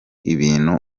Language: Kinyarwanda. ibintu